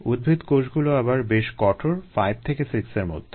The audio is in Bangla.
উদ্ভিদ কোষগুলো আবার বেশ কঠোর 5 থেকে 6 এর মধ্যে